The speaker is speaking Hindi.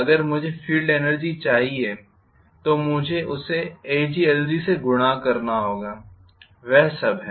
अगर मुझे पूरी फील्ड एनर्जी चाहिए तो मुझे उसे Aglg से गुणा करना होगा वह सब है